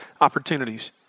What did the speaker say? opportunities